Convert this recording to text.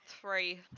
three